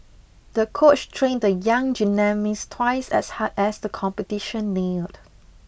the coach trained the young gymnast twice as hard as the competition neared